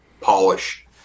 polish